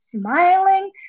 smiling